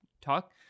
talk